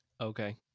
Okay